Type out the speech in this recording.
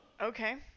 Okay